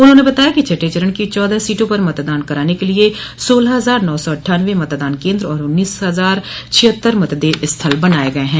उन्होंने बताया कि छठें चरण की चौदह सीटों पर मतदान कराने के लिये सोलह हजार नौ सौ अट्ठानवे मतदान केन्द्र और उन्तीस हजार छिहत्तर मतदेय स्थल बनाय गये हैं